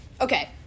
Okay